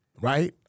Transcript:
right